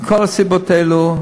מכל הסיבות האלה,